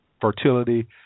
fertility